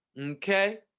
Okay